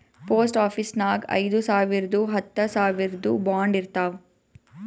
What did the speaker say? post ಆಫೀಸ್ನಾಗ್ ಐಯ್ದ ಸಾವಿರ್ದು ಹತ್ತ ಸಾವಿರ್ದು ಬಾಂಡ್ ಇರ್ತಾವ್